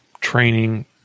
training